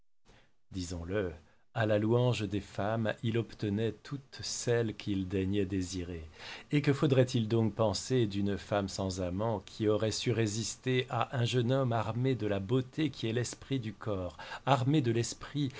disons-le à la louange des femmes il obtenait toutes celles qu'il daignait désirer et que faudrait-il donc penser d'une femme sans amant qui aurait su résister à un jeune homme armé de la beauté qui est l'esprit du corps armé de l'esprit